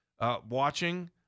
watching